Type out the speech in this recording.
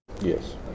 yes